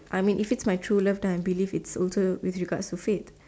I mean if it my true love then I believed it's also will you got to fate